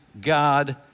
God